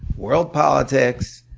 world politics,